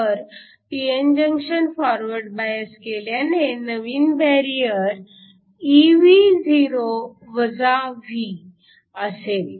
तर p n junction forward bias केल्याने नवीन बॅरिअर Evo v असेल